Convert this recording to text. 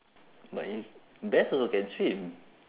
but if bears also can swim